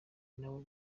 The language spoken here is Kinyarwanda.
nabo